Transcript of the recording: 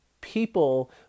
people